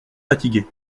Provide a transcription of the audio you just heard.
fatigué